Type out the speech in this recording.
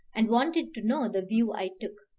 and wanted to know the view i took.